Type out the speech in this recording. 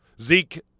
Zeke